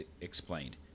explained